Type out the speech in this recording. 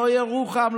לא ירוחם,